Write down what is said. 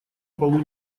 полу